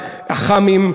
אח"מים,